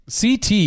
ct